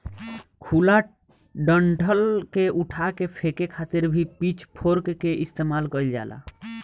खुला डंठल के उठा के फेके खातिर भी पिच फोर्क के इस्तेमाल कईल जाला